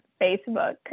Facebook